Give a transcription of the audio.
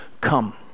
come